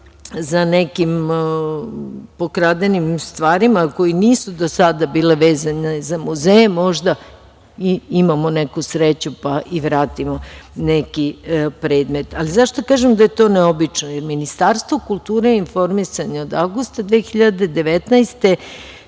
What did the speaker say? za nekim pokradenim stvarima koje nisu do sada bile vezane za muzeje možda i imamo neku sreću, pa i vratimo neki predmet.Zašto kažem da je to neobično? Ministarstvo kulture i informisanja od avgusta 2019.